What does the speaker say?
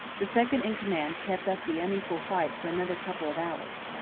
the second-in-command kept up the unequal fight for another couple of hours.